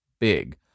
big